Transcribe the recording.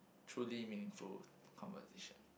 truly meaningful conversation